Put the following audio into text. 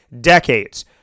decades